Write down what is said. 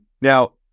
now